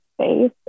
space